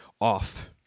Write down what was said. off